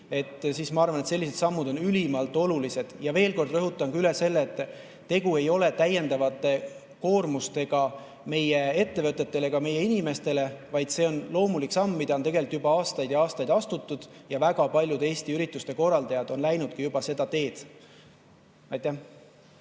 ma arvan, et sellised sammud on ülimalt olulised. Veel kord rõhutan üle, et tegu ei ole täiendavate koormustega meie ettevõtetele või meie inimestele. Need on loomulikud sammud, mida on tegelikult juba aastaid ja aastaid astutud. Väga paljud Eesti ürituste korraldajad on juba läinud seda teed. Aivar